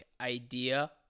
idea